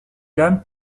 lames